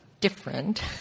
different